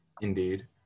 indeed